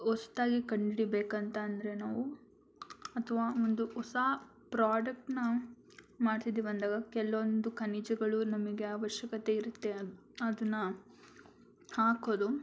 ಹೊಸ್ದಾಗಿ ಕಂಡು ಹಿಡಿಬೇಕು ಅಂತಂದರೆ ನಾವು ಅಥವಾ ಒಂದು ಹೊಸ ಪ್ರಾಡಕ್ಟನ್ನ ಮಾಡ್ತಿದ್ದೀವಿ ಅಂದಾಗ ಕೆಲವೊಂದು ಖನಿಜಗಳು ನಮಗೆ ಅವಶ್ಯಕತೆ ಇರುತ್ತೆ ಅದನ್ನು ಹಾಕೋದು